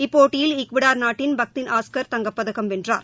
இப்போட்டியில் ஈக்வேடார் நாட்டின் பத்தின் ஆஸ்கர் தங்கப்பதக்கம் வெள்றார்